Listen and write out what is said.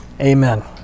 amen